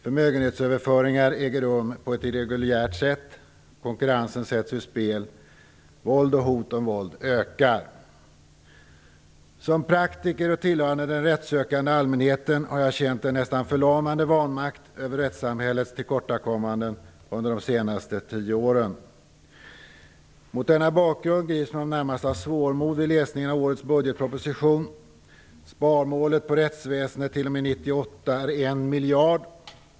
Förmögenhetsöverföringar äger rum på ett irreguljärt sätt, konkurrensen sätts ur spel och våld och hot om våld ökar. Som praktiker och tillhörande den rättssökande allmänheten har jag känt en nästan förlamande vanmakt inför rättssamhällets tillkortakommanden under de senaste tio åren. Mot denna bakgrund grips man närmast av svårmod vid läsningen av årets budgetproposition. Sparmålet för rättsväsendet t.o.m. 1998 uppgår till 1 miljard.